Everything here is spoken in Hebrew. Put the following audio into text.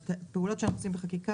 על פעולות שאנחנו עושים בחקיקה.